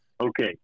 Okay